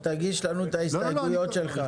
תגיש לנו את ההסתייגויות שלך.